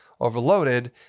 overloaded